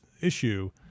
issue